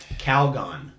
Calgon